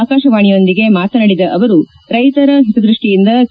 ಆಕಾಶವಾಣಿಯೊಂದಿಗೆ ಮಾತನಾಡಿದ ಅವರು ರೈತರ ಹಿತ ದೃಷ್ಷಿಯಿಂದ ಕೆ